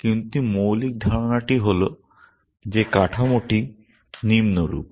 কিন্তু মৌলিক ধারণা হল যে কাঠামোটি নিম্নরূপ